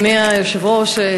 אדוני היושב-ראש,